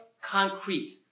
concrete